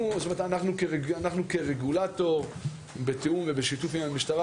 אנחנו כרגולטור בתיאום ובשיתוף עם המשטרה,